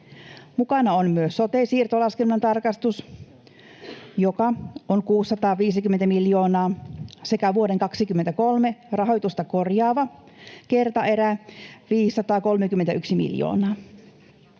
Mukana on myös sote-siirtolaskelman tarkastus, joka on 650 miljoonaa sekä vuoden 2023 rahoitusta korjaava kertaerä 531 miljoonaa.